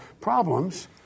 problems